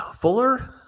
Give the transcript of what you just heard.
fuller